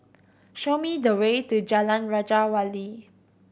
show me the way to Jalan Raja Wali